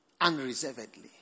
Unreservedly